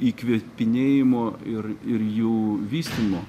ikvėpinėjimo ir ir jų vystymo